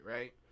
right